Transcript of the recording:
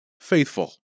faithful